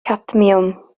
cadmiwm